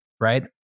right